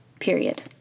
period